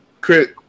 Crit